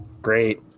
Great